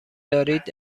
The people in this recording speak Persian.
دارید